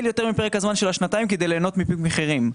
יותר מפרק הזמן של השנתיים כדי להנות מפיק מחירים,